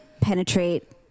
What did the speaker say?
penetrate